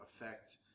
affect